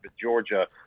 Georgia